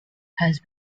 has